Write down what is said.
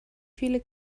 viele